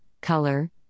color